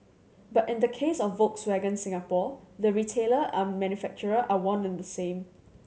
but in the case of Volkswagen Singapore the retailer and manufacturer are one and the same